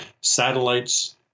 satellites